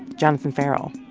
jonathan ferrell.